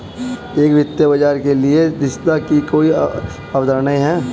एक वित्तीय बाजार के लिए दक्षता की कई अवधारणाएं हैं